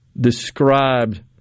described